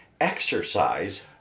exercise